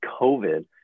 COVID